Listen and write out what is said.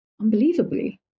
Unbelievably